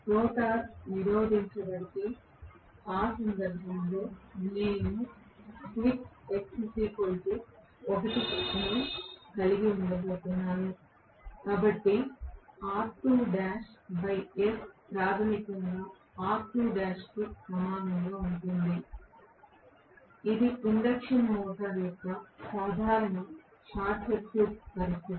rotor నిరోధించబడితే ఆ సందర్భంలో నేను స్లిప్ s 1 ను కలిగి ఉండబోతున్నాను కాబట్టి R2l s ప్రాథమికంగా R2l కు సమానంగా మారుతుంది ఇది ఇండక్షన్ మోటర్ యొక్క సాధారణ షార్ట్ సర్క్యూట్ పరిస్థితి